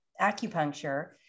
acupuncture